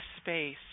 space